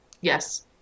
Yes